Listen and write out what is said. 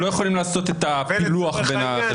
לא יכולים לעשות את הפילוח בין החשבונות.